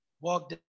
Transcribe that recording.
Walked